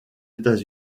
états